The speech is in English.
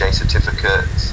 certificate